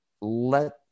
let